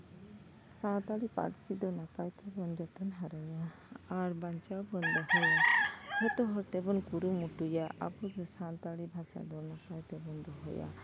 ᱥᱟᱱᱛᱟᱲᱤ ᱯᱟᱹᱨᱥᱤ ᱫᱚ ᱱᱟᱯᱟᱭ ᱛᱮᱵᱚᱱ ᱡᱚᱛᱚᱱ ᱦᱟᱨᱟᱭᱟ ᱟᱨ ᱵᱟᱧᱪᱟᱣ ᱵᱚᱱ ᱫᱚᱦᱚᱭᱟ ᱡᱚᱛᱚ ᱦᱚᱲ ᱛᱮᱵᱚᱱ ᱠᱩᱲᱩᱢᱩᱴᱩᱭᱟ ᱟᱵᱚᱜᱮ ᱥᱟᱱᱛᱟᱲᱤ ᱵᱷᱟᱥᱟ ᱫᱚ ᱱᱟᱯᱟᱭ ᱛᱮᱵᱚᱱ ᱫᱚᱦᱚᱭᱟ